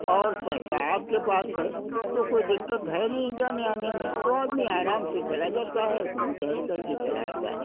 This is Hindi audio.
और पैसा आपके पास है तो कोई दिक्कत है नहीं जाने आने में तो आदमी आराम से चला जाता है घूम टहल करके चला आता है